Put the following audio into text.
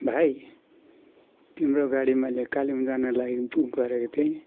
भाइ तिम्रो गाडी मैले कालेबुङ जानलाई बुक गरेको थिएँ